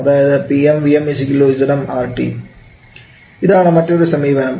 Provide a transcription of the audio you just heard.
അതായത് 𝑃𝑚 𝑉𝑚 𝑍𝑚 𝑅𝑇 ഇതാണ് മറ്റൊരു സമീപനം